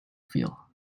feel